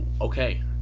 Okay